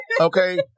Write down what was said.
Okay